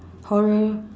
horror